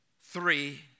three